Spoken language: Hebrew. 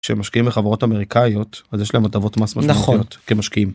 שהם משקיעים בחברות אמריקאיות, אז יש להם הטבות מס משמעותיות כמשקיעים. נכון.